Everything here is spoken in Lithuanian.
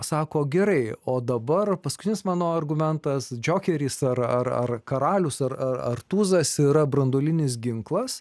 sako gerai o dabar paskutinis mano argumentas džokeris ar ar ar karalius ar ar tūzas yra branduolinis ginklas